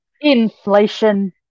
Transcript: Inflation